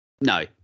No